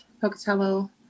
Pocatello